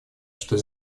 что